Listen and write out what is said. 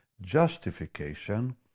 justification